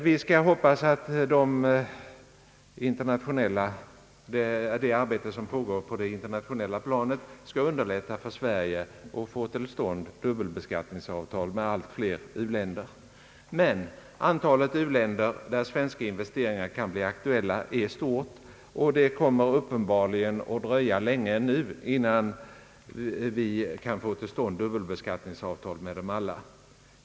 Vi får hoppas att det arbete som pågår på det internationella planet skall underlätta för Sverige att få till stånd dubbelbeskattningsavtal med allt flera u-länder. Antalet u-länder där svenska investeringar kan bli aktuella är emellertid stort, och det kommer uppenbarligen att dröja länge ännu innan vi kan få till stånd dubbelbeskattningsavtal med dem alla.